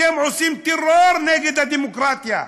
אתם עושים טרור נגד הדמוקרטיה.